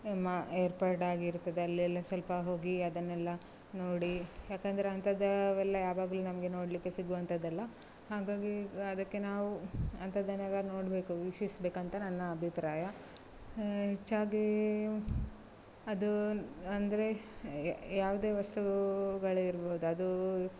ಮಾ ಏರ್ಪಾಡಾಗಿರುತ್ತದೆ ಅಲ್ಲೆಲ್ಲ ಸ್ವಲ್ಪ ಹೋಗಿ ಅದನ್ನೆಲ್ಲ ನೋಡಿ ಯಾಕಂದರೆ ಅಂಥದ್ದು ಅವೆಲ್ಲ ಯಾವಾಗಲೂ ನಮಗೆ ನೋಡ್ಲಿಕ್ಕೆ ಸಿಗುವಂಥದ್ದಲ್ಲ ಹಾಗಾಗಿ ಅದಕ್ಕೆ ನಾವು ಅಂಥದ್ದನ್ನೆಲ್ಲ ನೋಡಬೇಕು ವೀಕ್ಷಿಸಬೇಕಂತ ನನ್ನ ಅಭಿಪ್ರಾಯ ಹೆಚ್ಚಾಗಿ ಅದು ಅಂದರೆ ಯಾವುದೇ ವಸ್ತುಗಳಿರ್ಬೋದು ಅದು